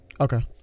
Okay